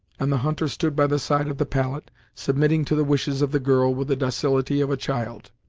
and the hunter stood by the side of the pallet, submitting to the wishes of the girl with the docility of a child.